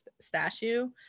statue